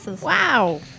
Wow